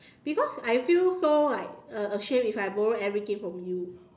because I feel so like uh ashamed if I borrow everything from you